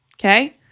Okay